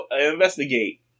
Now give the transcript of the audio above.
investigate